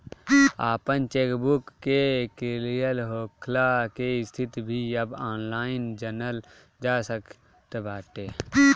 आपन चेकबुक के क्लियर होखला के स्थिति भी अब ऑनलाइन जनल जा सकत बाटे